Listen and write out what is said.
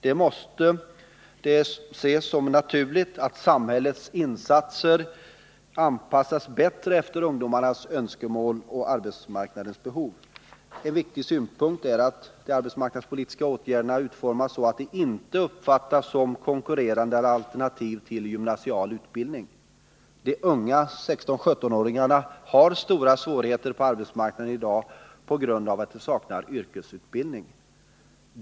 Det måste ses som naturligt att samhällets insatser anpassas bättre efter ungdomarnas önskemål och arbetsmarknadens behov. En viktig synpunkt är att de arbetsmarknadspolitiska åtgärderna utformas så att de inte uppfattas som konkurrerande alternativ till gymnasial utbildning. 16-17-åringarna har stora svårigheter på arbetsmarknaden i dag på grund av att de saknar yrkesutbildning.